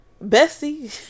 Bessie